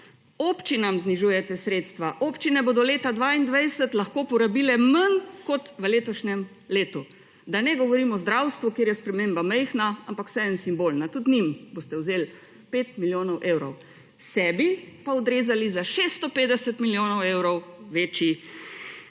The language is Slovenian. Občinam znižujete sredstva, občine bodo leta 2022 lahko porabile manj kot v letošnjem letu. Da ne govorim o zdravstvu, kjer je sprememba majhna, ampak vseeno simbolna. Tudi njim boste vzeli 5 milijonov evrov. Sebi pa odrezali za 650 milijonov evrov večji